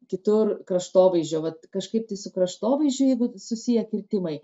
kitur kraštovaizdžio vat kažkaip tai su kraštovaizdžiu jeigu susiję kirtimai